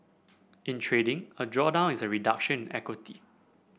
in trading a drawdown is a reduction in equity